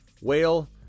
Whale